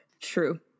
true